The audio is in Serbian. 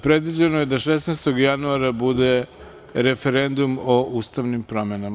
Predviđeno je da 16. januara bude referendum o ustavnim promenama.